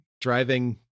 driving